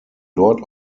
dort